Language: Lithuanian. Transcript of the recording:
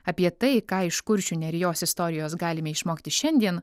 apie tai ką iš kuršių nerijos istorijos galime išmokti šiandien